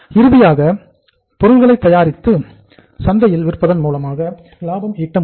இறுதியாக பொருளை தயாரித்து சந்தையில் விற்பதன் மூலமாக லாபம் ஈட்ட முடியும்